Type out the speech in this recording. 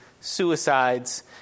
suicides